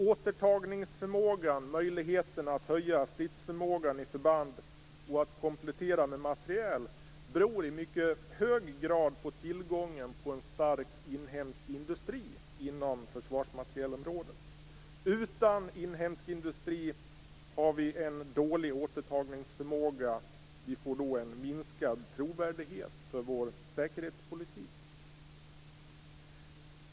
Återtagningsförmågan, möjligheterna att höja stridsförmågan i förband och att komplettera med materiel beror i mycket hög grad på tillgången på en stark inhemsk industri inom försvarsmaterielområdet. Utan inhemsk industri har vi en dålig återtagningsförmåga. Vi får då en minskad trovärdighet för vår säkerhetspolitik.